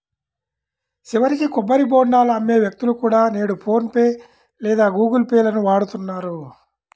చివరికి కొబ్బరి బోండాలు అమ్మే వ్యక్తులు కూడా నేడు ఫోన్ పే లేదా గుగుల్ పే లను వాడుతున్నారు